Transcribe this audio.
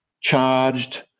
charged